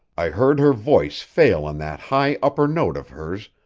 i heard her voice fail on that high upper note of hers,